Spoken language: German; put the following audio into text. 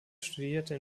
studierte